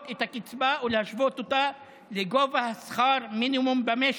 את הקצבה ולהשוות אותה לגובה שכר המינימום במשק,